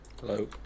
Hello